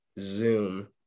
zoom